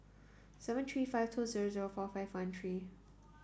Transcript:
seven three five two zero zero four five one three